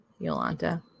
Yolanta